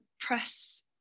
press